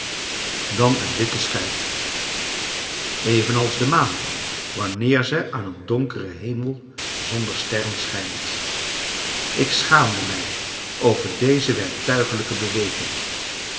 dan een witte schijf evenals de maan wanneer ze aan een donkeren hemel zonder sterren schijnt ik schaamde mij over deze werktuiglijke beweging